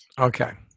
okay